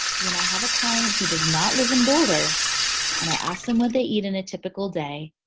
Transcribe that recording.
when i have a client who does not live in boulder and i ask them what they eat in a typical day